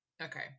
Okay